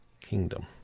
kingdom